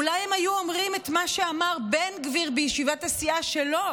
אולי הם היו אומרים את מה שאמר בן גביר בישיבת הסיעה שלו,